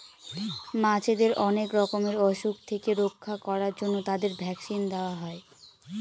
মাছেদের অনেক রকমের অসুখ থেকে রক্ষা করার জন্য তাদের ভ্যাকসিন দেওয়া হয়